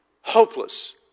hopeless